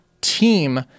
team